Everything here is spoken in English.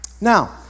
Now